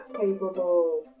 capable